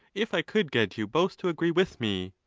if i could get you both to agree with me.